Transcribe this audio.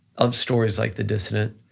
of stories like the dissident,